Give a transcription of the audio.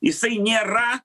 jisai nėra